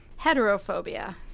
heterophobia